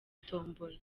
tombola